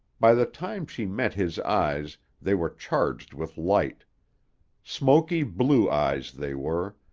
by the time she met his eyes they were charged with light smoky-blue eyes they were,